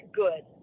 good